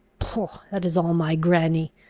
poh, that is all my granny!